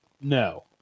No